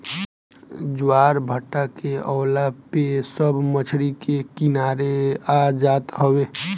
ज्वारभाटा के अवला पे सब मछरी के किनारे आ जात हवे